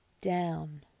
down